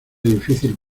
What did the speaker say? difícil